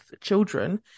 children